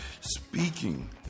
speaking